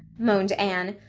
moaned anne.